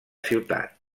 ciutat